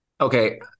Okay